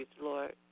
Lord